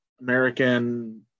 american